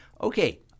Okay